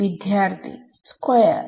അല്ല ഇത് അത് തന്നെയാണ്